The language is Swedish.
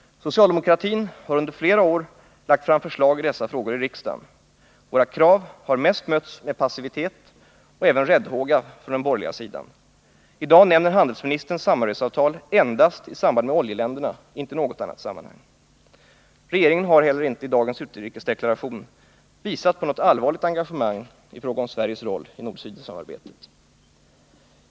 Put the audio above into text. Socialdemokratin har under flera år lagt fram förslagi dessa frågor i riksdagen. Våra krav har mötts mest med passivitet och även räddhåga från den borgerliga sidan. I dag nämner handelsministern samarbetsavtal endast i samband med oljeländerna. Regeringen har inte heller i dagens utrikesdeklaration visat på något allvarligt engagemang i fråga om Sveriges roll i nord-sydsamarbetet.